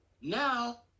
Now